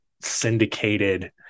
syndicated